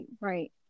right